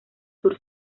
sur